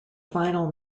final